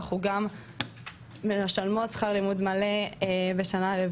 אנחנו גם משלמות שכר לימוד מלא בשנת הלימודים